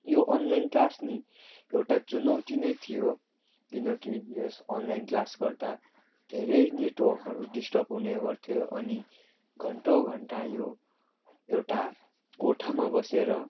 यो online class पनि एउटा चुनौती नै थियो किनकि यस अनलाइन क्लास गर्दा धेरै नेटवर्कहरू डिस्टर्ब हुने गर्थ्यो अनि घन्टौँ घन्टा यो एउटा कोठामा बसेर